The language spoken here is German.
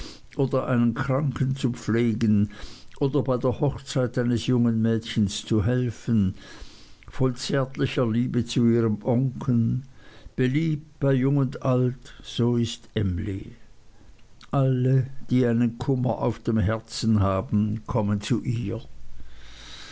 oder einen kranken zu pflegen oder bei der hochzeit eines jungen mädchens zu helfen voll zärtlicher liebe zu ihrem onkel beliebt bei jung und alt so ist emly alle die einen kummer auf dem herzen haben kommen zu ihr